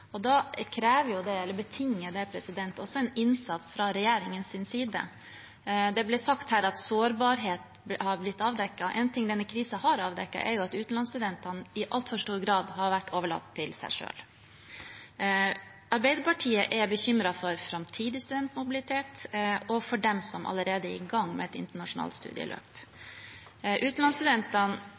og lista er lagt høyt. Da betinger det også en innsats fra regjeringens side. Det ble sagt her at sårbarhet er blitt avdekket. En ting denne krisen har avdekket, er at utenlandsstudentene i altfor stor grad har vært overlatt til seg selv. Arbeiderpartiet er bekymret for framtidig studentmobilitet og for dem som allerede er i gang med et internasjonalt studieløp. Utenlandsstudentene